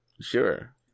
Sure